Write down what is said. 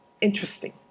interesting